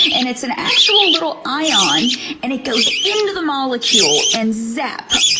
and it's an actual little ion and it goes into the molecule and zap.